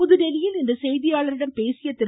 புதுதில்லியில் இன்று செய்தியாளர்களிடம் பேசிய திரு